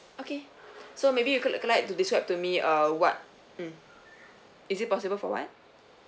okay so maybe you could like to describe to me uh what mm is it possible for what